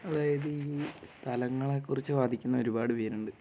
അതായത് ഈ സ്ഥലങ്ങളെ കുറിച്ച് വാദിക്കുന്ന ഒരുപാട് പേരുണ്ട്